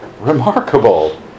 remarkable